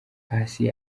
paccy